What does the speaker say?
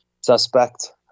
suspect